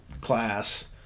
class